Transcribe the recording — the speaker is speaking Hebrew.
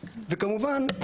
וכמובן,